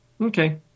Okay